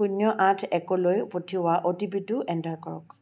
শূন্য আঠ একলৈ পঠিওৱা অ' টি পিটো এণ্টাৰ কৰক